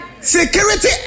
Security